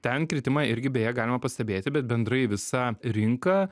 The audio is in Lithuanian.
ten kritimą irgi beje galima pastebėti bet bendrai visa rinka